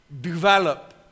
develop